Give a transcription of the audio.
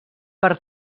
per